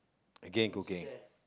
again cooking